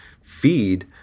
feed